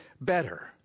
better